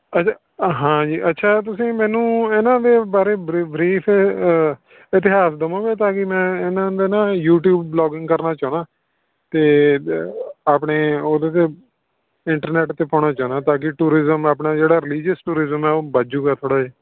ਅੱਛਾ ਹਾਂਜੀ ਅੱਛਾ ਤੁਸੀਂ ਮੈਨੂੰ ਇਹਨਾਂ ਦੇ ਬਾਰੇ ਬਰੀ ਬਰੀਫ ਇਤਿਹਾਸ ਦੇਵੋਂਗੇ ਤਾਂ ਕਿ ਮੈਂ ਇਹਨਾਂ ਦਾ ਨਾ ਯੂਟਿਊਬ ਵਲੋਗਿੰਗ ਕਰਨਾ ਚਾਹੁੰਦਾ ਅਤੇ ਆਪਣੇ ਉਹਦੇ 'ਤੇ ਇੰਟਰਨੈਟ 'ਤੇ ਪਾਉਣਾ ਚਾਹੁੰਦਾ ਤਾਂ ਕਿ ਟੂਰਿਜ਼ਮ ਆਪਣਾ ਜਿਹੜਾ ਰਿਲੀਜੀਅਸ ਟੂਰਿਜ਼ਮ ਆ ਉਹ ਵੱਧ ਜੂਗਾ ਥੋੜ੍ਹਾ ਜਿਹਾ